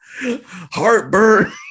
Heartburn